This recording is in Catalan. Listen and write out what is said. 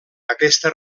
aquesta